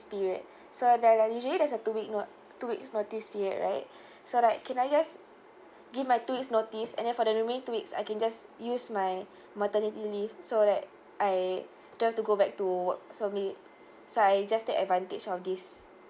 period so there're like usually there's a two week no~ two weeks notice period right so like can I just give my two weeks notice and then for the remaining two weeks I can just use my maternity leave so that I don't have to go back to work so maybe so I just take advantage of this